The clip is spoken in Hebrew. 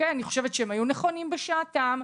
אני חושבת שהם היו נכונים בשעתם.